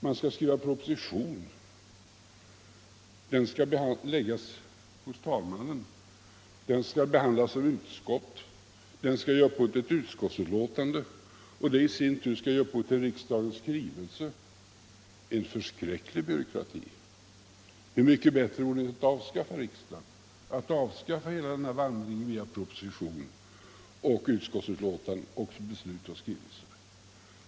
Man skall skriva proposition, den skall läggas hos talmannen, den skall behandlas av ett utskott, den skall ge upphov till ett utskottsbetänkande som i sin tur skall ge upphov till en riksdagens skrivelse. En förskräcklig byråkrati! Hur mycket bättre vore det inte att avskaffa riksdagen, att avskaffa hela vandringen via proposition, utskottsbetänkande, beslut och skrivelse!